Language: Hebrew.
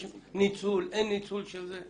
יש ניצול או אין ניצול של זה?